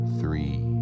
three